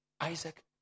Isaac